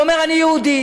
הוא אומר, אני יהודי,